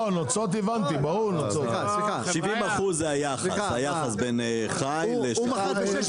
הנוצות -- 70% זה היחס בין חי לשחוט.